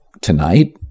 Tonight